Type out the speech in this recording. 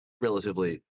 relatively